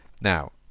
Now